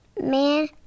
man